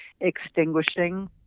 extinguishing